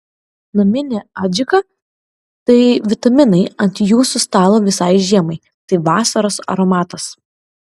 naminė adžika tai vitaminai ant jūsų stalo visai žiemai tai vasaros aromatas